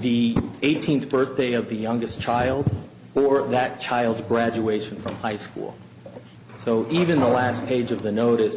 the eighteenth birthday of the youngest child or that child's graduation from high school so even the last page of the notice